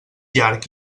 llarg